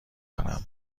دارم